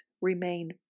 remain